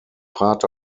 part